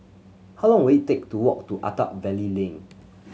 how long will it take to walk to Attap Valley Lane